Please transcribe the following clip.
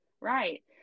Right